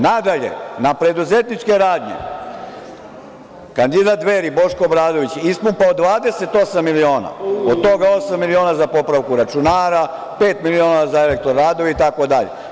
Nadalje, na preduzetničke radnje kandidat Dveri Boško Obradović je ispumpao 28 miliona, od toga je osam miliona za popravku računara, pet miliona za elektroradove, itd.